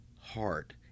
heart